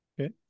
Okay